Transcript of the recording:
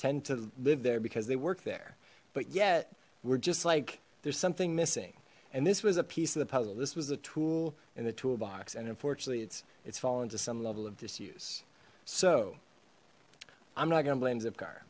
tend to live there because they work there but yet we're just like there's something missing and this was a piece of the puzzle this was a tool in the toolbox and unfortunately it's it's fallen to some level of disuse so i'm not gonna blame